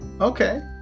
okay